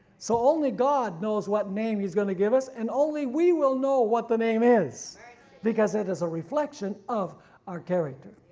so only god knows what name he's gonna give us, us, and only we will know what the name is because it is a reflection of our character.